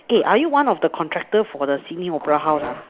eh are you one of the contractors for the Sydney opera house